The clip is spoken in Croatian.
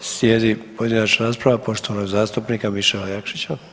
Slijedi pojedinačna rasprava, poštovanog zastupnika Mišela Jakšića.